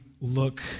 look